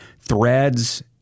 Threads